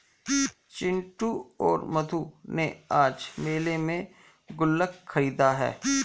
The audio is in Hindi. चिंटू और मधु ने आज मेले में गुल्लक खरीदा है